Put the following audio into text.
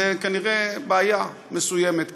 זאת כנראה בעיה מסוימת,